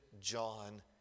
John